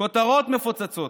כותרות מפוצצות.